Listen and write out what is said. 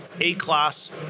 A-class